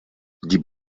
die